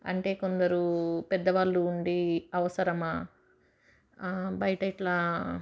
అంటే కొందరు పెద్దవాళ్ళు ఉండి అవసరమా బయట ఇట్లా